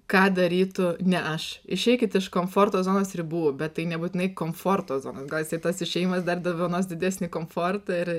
ką darytų ne aš išeikit iš komforto zonos ribų bet tai nebūtinai komforto zonos gal jisai tas išėjimas dar dovanos didesnį komfortą ir